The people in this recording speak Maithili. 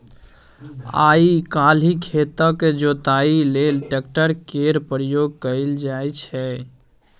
आइ काल्हि खेतक जोतइया लेल ट्रैक्टर केर प्रयोग कएल जाइ छै